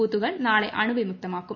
ബൂത്തുകൾ നാളെ അണുവി മുക്തമാക്കും